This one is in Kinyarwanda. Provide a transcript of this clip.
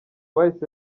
bahise